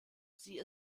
sie